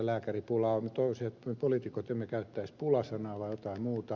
minä toivoisin että me poliitikot emme käyttäisi pula sanaa vaan jotain muuta